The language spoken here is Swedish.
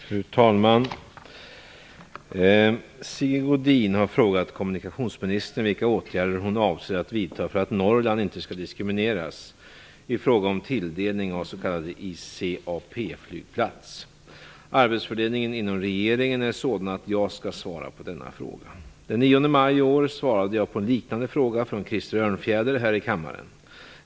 Fru talman! Sigge Godin har frågat kommunikationsministern vilka åtgärder hon avser att vidta för att Norrland inte skall diskrimineras i fråga om tilldelning av s.k. ICAP-flygplats. Arbetsfördelningen inom regeringen är sådan att jag skall svara på denna fråga. Den 9 maj i år svarade jag på en liknande fråga från Krister Örnfjäder här i kammaren.